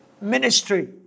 ministry